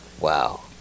Wow